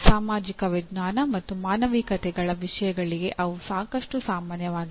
ಸಾಮಾಜಿಕ ವಿಜ್ಞಾನ ಮತ್ತು ಮಾನವಿಕತೆಗಳ ವಿಷಯಗಳಿಗೆ ಅವು ಸಾಕಷ್ಟು ಸಾಮಾನ್ಯವಾಗಿದೆ